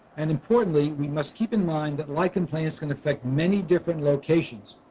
and importantly we must keep in mind that lichen planus can affect many different locations.